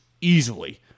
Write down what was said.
Easily